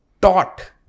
taught